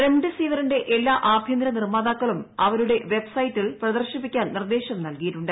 റെംഡെസിവിറിന്റെ എല്ലാ ആഭ്യന്തര നിർമ്മാതാക്കളും അവരുടെ വെബ്സൈറ്റിൽ പ്രദർശിപ്പിക്കാൻ നിർദ്ദേശം നൽകിയിട്ടുണ്ട്